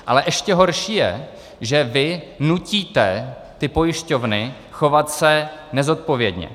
Ale ještě horší je, že vy nutíte pojišťovny chovat se nezodpovědně.